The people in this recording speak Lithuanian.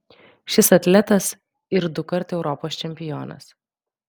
šis atletas ir dukart europos čempionas